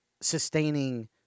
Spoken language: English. sustaining